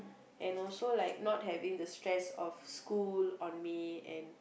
and also like not having the stress of school on me and